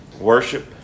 Worship